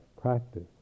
practice